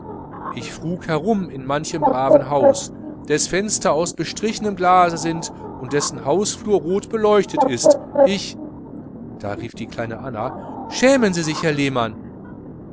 ich frug herum in manchem braven haus deß fenster aus bestrichenem glase sind und dessen hausflur rot beleuchtet ist ich da rief die kleine anna schämen sie sich herr lehmann